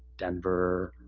denver,